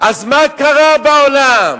אז מה קרה בעולם?